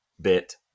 bit